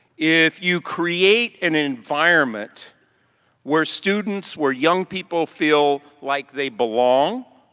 if you create an environment where students, where young people feel like they belong,